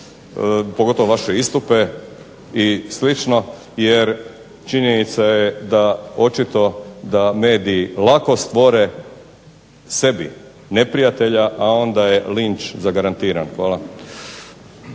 pogotovo vaše istupe i slično. Jer činjenica je da očito da mediji lako stvore sebi neprijatelja, a onda je linč zagarantiran. Hvala.